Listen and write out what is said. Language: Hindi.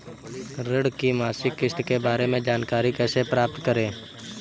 ऋण की मासिक किस्त के बारे में जानकारी कैसे प्राप्त करें?